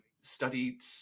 studied